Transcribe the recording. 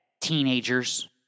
teenagers